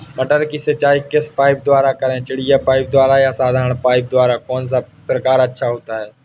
मटर की सिंचाई किस पाइप द्वारा करें चिड़िया पाइप द्वारा या साधारण पाइप द्वारा कौन सा प्रकार अच्छा होता है?